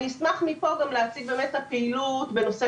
אני אשמח מפה גם להציג את הפעילות בנושא